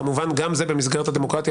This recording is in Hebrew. כמובן גם זה במסגרת הדמוקרטיה,